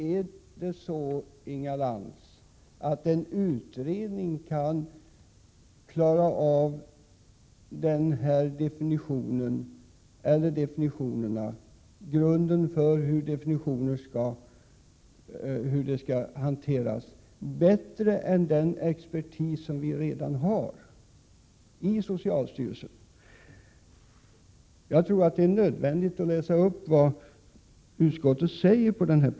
Herr talman! Kan, Inga Lantz, en utredning klara av definierandet bättre än den expertis som vi redan har i socialstyrelsen? Jag tror det är nödvändigt att läsa upp vad utskottet skriver på denna punkt.